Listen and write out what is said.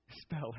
Spell